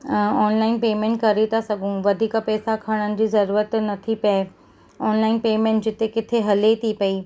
अ online payment करे था सघूं वधीक पैसा खणणु जी ज़रूरत न थी पए ऑनलाइन पेमेंट जिते किथे हले थे पई